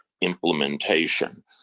implementation